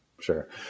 Sure